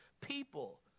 people